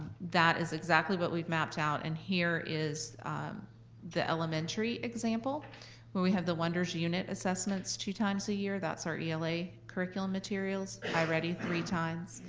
that is exactly what we've mapped out, and here is the elementary example where we have the wonders unit assessments two times a year, that's our ela curriculum materials, i-ready three times.